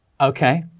Okay